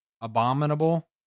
abominable